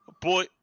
Boy